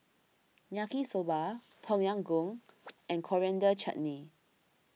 Yaki Soba Tom Yam Goong and Coriander Chutney